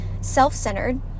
self-centered